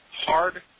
hard